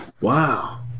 Wow